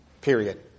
period